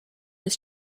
his